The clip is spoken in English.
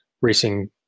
racing